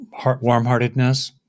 warmheartedness